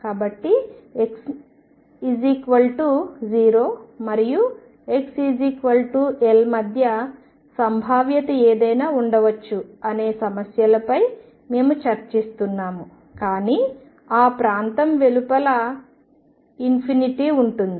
కాబట్టి x0 మరియు xL మధ్య సంభావ్యత ఏదైనా ఉండవచ్చు అనే సమస్యలపై మేము చర్చిస్తున్నాము కానీ ఆ ప్రాంతం వెలుపల ఉంటుంది